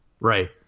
Right